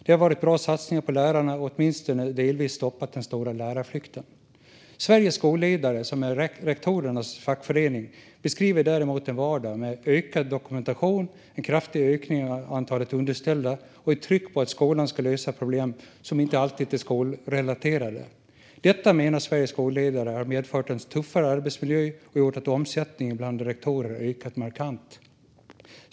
Det har varit bra satsningar på lärarna som åtminstone delvis stoppat den stora lärarflykten. Sveriges Skolledare, som är rektorernas fackförening, beskriver däremot en vardag med ökad dokumentation, en kraftig ökning av antalet underställda och ett tryck på att skolan ska lösa problem som inte alltid är skolrelaterade. Detta menar Sveriges Skolledare har medfört en tuffare arbetsmiljö och gjort att omsättningen av rektorer ökat markant.